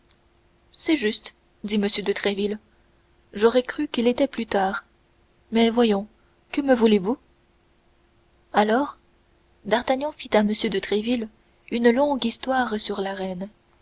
c'est juste dit m de tréville j'aurais cru qu'il était plus tard mais voyons que me voulez-vous alors d'artagnan fit à m de tréville une longue histoire sur la reine